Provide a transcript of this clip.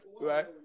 right